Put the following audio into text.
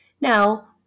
Now